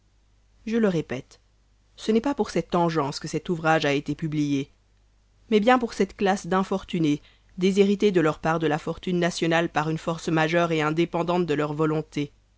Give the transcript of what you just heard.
je le répète ce n'est pas pour cette engence que cet ouvrage a été publié mais bien pour cette classe d'infortunés déshérités de leur part de la fortune nationale par une force majeure et indépendante de leur volonté